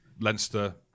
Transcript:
Leinster